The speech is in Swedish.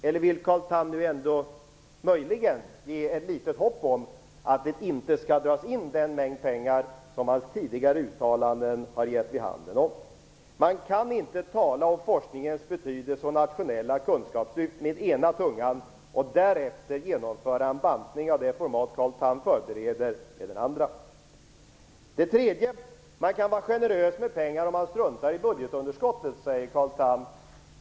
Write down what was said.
Eller vill Carl Tham ändå möjligen ge ett litet hopp om att den mängd pengar som hans tidigare uttalanden har gett vid handen inte skall dras in? Man kan inte tala om forskningens förnyelse och nationella kunskapslyft och därefter genomföra en bantning av det format Carl Tham förbereder. Det är att tala med kluven tunga. För det tredje: Man kan vara generös med pengar om man struntar i budgetunderskottet, säger Carl Tham.